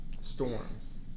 storms